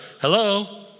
hello